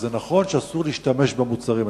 נכון שאסור להשתמש במוצרים האלה,